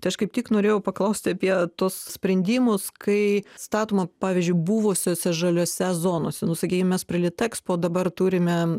tai aš kaip tik norėjau paklaust apie tuos sprendimus kai statoma pavyzdžiui buvusiose žaliose zonose nusakei mes prie litexpo dabar turime